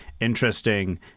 interesting